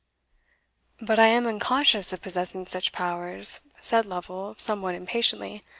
but i am unconscious of possessing such powers, said lovel, somewhat impatiently.